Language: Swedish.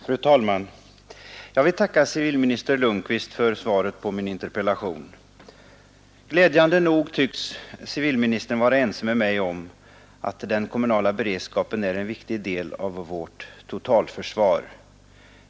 Fru talman! Jag vill tacka civilminister Lundkvist för svaret på min interpellation. Glädjande nog tycks civilministern vara ense med mig om att den kommunala beredskapen är en viktig del av vårt totalförsvar.